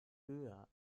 höher